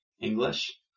English